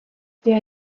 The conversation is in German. der